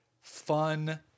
fun